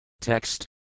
Text